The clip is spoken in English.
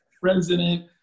president